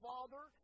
Father